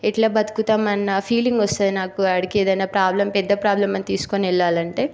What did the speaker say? ఎట్లా బ్రతుకుతాము అన్న ఫీలింగ్ వస్తుంది నాకు అక్కడికి ఏదైనా ప్రాబ్లమ్ పెద్ద ప్రాబ్లమ్ అని తీసుకొని వెళ్ళాలంటే